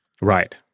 Right